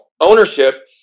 ownership